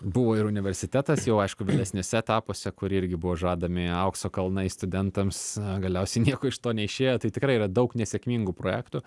buvo ir universitetas jau aišku vėlesniuose etapuose kur irgi buvo žadami aukso kalnai studentams galiausiai nieko iš to neišėjo tai tikrai yra daug nesėkmingų projektų